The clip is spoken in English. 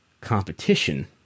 competition